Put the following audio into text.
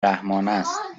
رحمانست